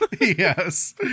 Yes